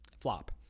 flop